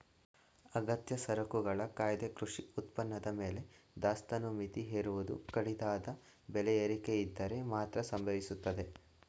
ಅಗತ್ಯ ಸರಕುಗಳ ಕಾಯ್ದೆ ಕೃಷಿ ಉತ್ಪನ್ನದ ಮೇಲೆ ದಾಸ್ತಾನು ಮಿತಿ ಹೇರುವುದು ಕಡಿದಾದ ಬೆಲೆ ಏರಿಕೆಯಿದ್ದರೆ ಮಾತ್ರ ಸಂಭವಿಸ್ತದೆ